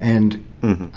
and